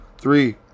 Three